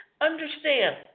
understand